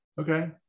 okay